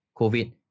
COVID